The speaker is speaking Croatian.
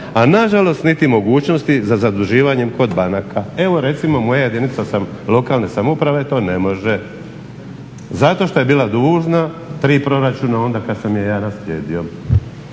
a nažalost niti mogućnosti za zaduživanjem kod banaka. Evo recimo moja jedinica lokalne samouprave to ne može zato što je bila dužna tri proračuna onda kada sam je ja naslijedio,